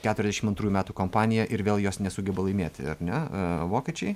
keturiasdešim antrųjų metų kompaniją ir vėl jos nesugeba laimėti ar ne e vokiečiai